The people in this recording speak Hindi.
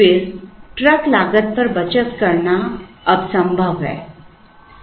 फिर ट्रक लागत पर बचत करना अब संभव है